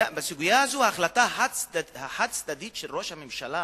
שבסוגיה הזאת ההחלטה החד-צדדית של ראש הממשלה